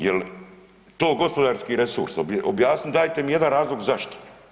Jel to gospodarski resurs, objasnite, dajte mi jedan razlog zašto?